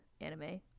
anime